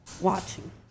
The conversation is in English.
Watching